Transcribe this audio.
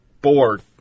board